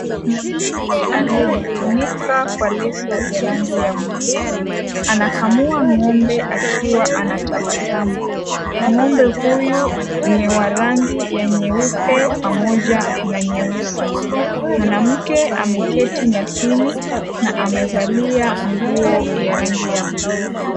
Mwanake aliyejifunika kwa leso ya rangi ya buluu anakamua ng'ombe akiwa anatabasamu. Ng'ombe huyu ni wa rangi ya nyeupe pamoja na nyeusi. Mwanamke ameketi nyasini na amevalia nguo ya rangi ya buluu.